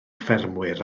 ffermwyr